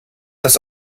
das